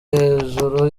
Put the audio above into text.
hejuru